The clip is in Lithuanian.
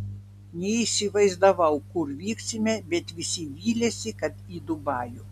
neįsivaizdavau kur vyksime bet visi vylėsi kad į dubajų